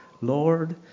Lord